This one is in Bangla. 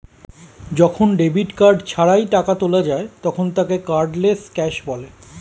যখন ডেবিট কার্ড ছাড়াই টাকা তোলা যায় তখন তাকে কার্ডলেস ক্যাশ বলে